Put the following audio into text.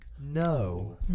No